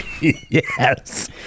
Yes